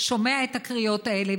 שומע את הקריאות האלה.